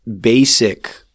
basic